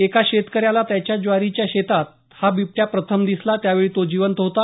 एका शेतकऱ्याला त्याच्या ज्वारीच्या शेतात हा बिबट्या प्रथम दिसला त्या वेळी तो जिवंत होता